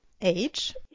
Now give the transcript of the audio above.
Age